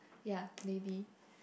ya maybe